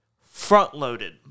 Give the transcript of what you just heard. front-loaded